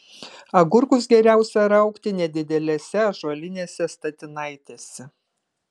agurkus geriausia raugti nedidelėse ąžuolinėse statinaitėse